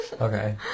Okay